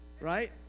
right